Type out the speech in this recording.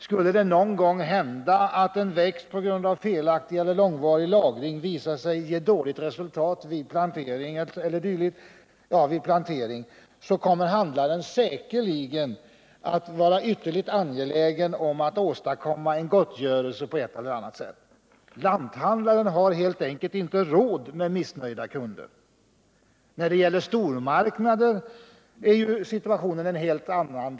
Skulle det någon gång hända att en växt på grund av felaktig eller långvarig lagring visar sig ge dåligt resultat vid plantering, så kommer handlaren säkerligen att vara ytterligt angelägen om att åstadkomma gottgörelse på ett eller annat sätt. Lanthandlaren har helt enkelt inte råd med missnöjda kunder! När det gäller stormarknad& är situationen helt annorlunda.